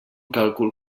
càlcul